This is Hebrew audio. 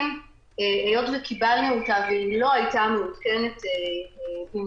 היות שקיבלנו את רשימת החולים והיא לא הייתה מעודכנת במלואה